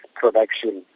production